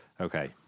Okay